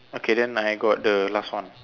okay then I got the last one